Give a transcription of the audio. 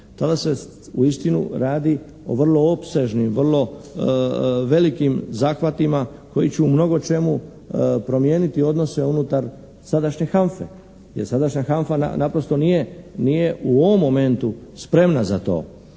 tada se uistinu radi o vrlo opsežnim, vrlo velikim zahvatima koji će u mnogo čemu promijeniti odnose unutar sadašnje HANFA-e. Jer, sadašnja HANFA naprosto nije u ovom momentu spremna za to.